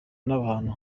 n’abantu